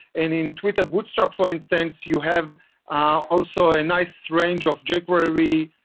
an in twitter bootstrap, for instance, you have also a nice range of jquery